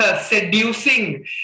seducing